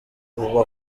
ubu